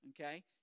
okay